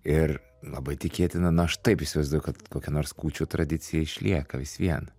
ir labai tikėtina na aš taip įsivaizduoju kad kokia nors kūčių tradicija išlieka vis vien